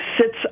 sits